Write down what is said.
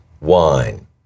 wine